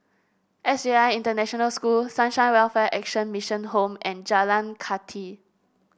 S J I International School Sunshine Welfare Action Mission Home and Jalan Kathi